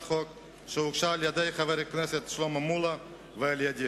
החוק שהוגשה על-ידי חבר הכנסת שלמה מולה ועל-ידי,